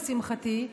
לשמחתי,